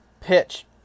pitch